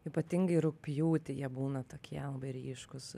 ypatingai rugpjūtį jie būna tokie labai ryškūs